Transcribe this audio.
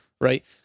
right